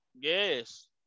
Yes